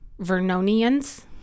Vernonians